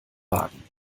wagen